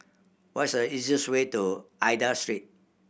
what is the easiest way to Aida Street